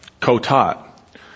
co-taught